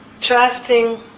trusting